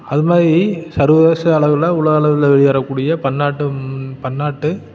அதுமாதிரி சர்வதேச அளவில் உலகளவில் ஏறக்கூடிய பன்னாட்டு பன்னாட்டு